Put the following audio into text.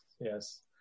Yes